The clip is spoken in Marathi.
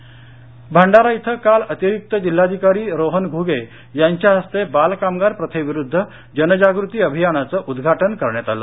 अभियान भंडारा इथं काल अतिरिक्त जिल्हाधिकारी रोहन घुगे यांच्या हस्ते बालकामगार प्रथेविरुध्द जनजागृती अभियानाचं उदघाटन करण्यात आलं